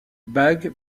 bague